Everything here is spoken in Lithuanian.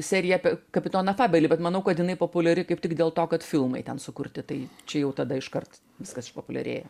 serija apie kapitoną fabelį bet manau kad jinai populiari kaip tik dėl to kad filmai ten sukurti tai čia jau tada iškart viskas išpopuliarėjo